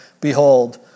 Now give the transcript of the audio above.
Behold